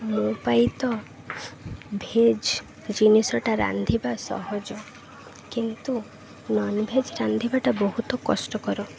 ମୋ ପାଇଁ ତ ଭେଜ୍ ଜିନିଷଟା ରାନ୍ଧିବା ସହଜ କିନ୍ତୁ ନନ୍ ଭେଜ୍ ରାନ୍ଧିବାଟା ବହୁତ କଷ୍ଟକର